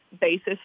basis